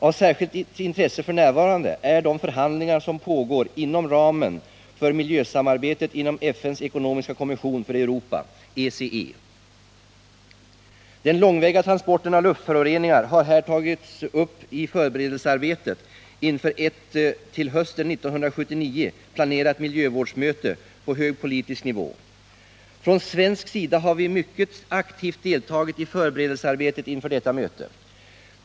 Av särskilt intresse f. n. är de förhandlingar som pågår inom ramen för miljösamarbetet inom FN:s ekonomiska kommission för Europa . Den långväga transporten av luftföroreningar har här tagits upp i förberedelsearbetet inför ett till hösten 1979 planerat miljövårdsmöte på hög politisk nivå. Från svensk sida har vi mycket aktivt deltagit i förberedelsearbetet inför detta möte.